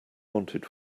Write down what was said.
wanted